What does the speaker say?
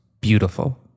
beautiful